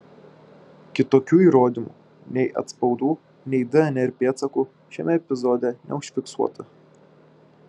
kitokių įrodymų nei atspaudų nei dnr pėdsakų šiame epizode neužfiksuota